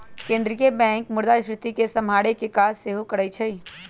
केंद्रीय बैंक मुद्रास्फीति के सम्हारे के काज सेहो करइ छइ